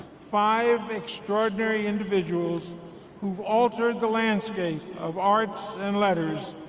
five extraordinary individuals who have altered the landscape of arts and letters,